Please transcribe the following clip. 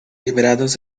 liberados